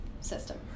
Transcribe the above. system